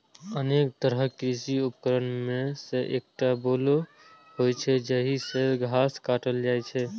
अनेक तरहक कृषि उपकरण मे सं एकटा बोलो होइ छै, जाहि सं घास काटल जाइ छै